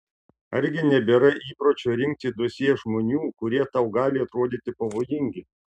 argi nebėra įpročio rinkti dosjė žmonių kurie tau gali atrodyti pavojingi